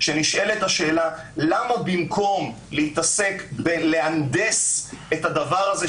שנשאלת השאלה: למה במקום להתעסק בלהנדס את הדבר הזה,